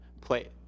play